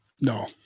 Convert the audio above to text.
No